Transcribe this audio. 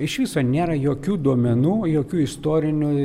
iš viso nėra jokių duomenų jokių istorinių